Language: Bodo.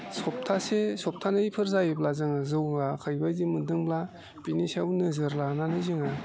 सप्तासे सप्तानैफोर जायोब्ला जोङो जौगायाखै बायदि मोन्दोंब्ला बिनि सायाव नोजोर लानानै जोङो